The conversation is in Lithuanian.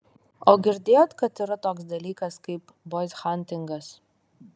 o girdėjot kad yra toks dalykas kaip boizhantingas